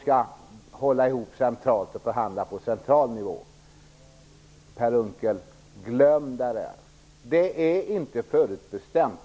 skall hålla ihop och förhandla på central nivå. Glöm det, Per Unckel! Det är inte förutbestämt.